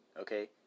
okay